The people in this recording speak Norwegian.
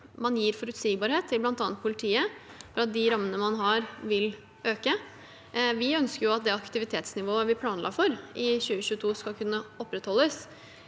man gir forutsigbarhet til bl.a. politiet for at de rammene man har, vil øke. Vi ønsker at det aktivitetsnivået vi planla for i 2022, skal kunne opprettholdes.